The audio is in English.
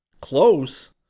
Close